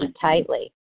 tightly